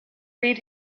read